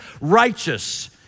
righteous